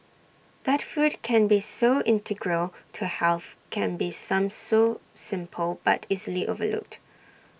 that food can be so integral to health can be some so simple but easily overlooked